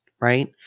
Right